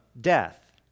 death